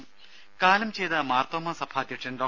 ദേദ കാലം ചെയ്ത മാർത്തോമ്മ സഭാധ്യക്ഷൻ ഡോ